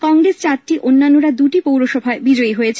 কংগ্রেস চারটি ও অন্যান্যরা দুটি পৌরসভায় বিজয়ী হয়েছে